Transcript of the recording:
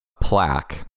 plaque